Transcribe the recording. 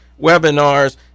webinars